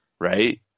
right